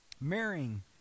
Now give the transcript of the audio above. marrying